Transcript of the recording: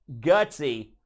Gutsy